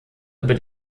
über